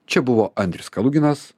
čia buvo andrius kaluginas